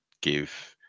give